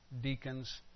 deacons